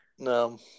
No